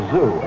Zoo